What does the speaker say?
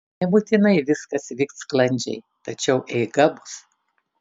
nebūtinai viskas vyks sklandžiai tačiau eiga bus